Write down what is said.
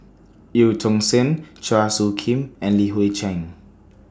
EU Tong Sen Chua Soo Khim and Li Hui Cheng